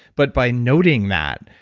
but by noting that,